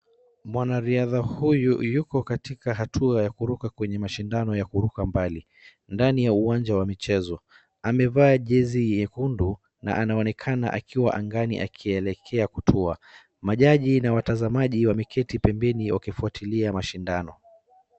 Mwanariadha huyu yuko katika hatua ya kuruka kwenye mashindano ya kuruka mbali. Ndani ya uwanja wa michezo. Amevaa jezi nyekundu na anaonekana akiwa angani akielekea kutua. Majaji na watazamaji wameketi pembeni wakifuatilia mashindano.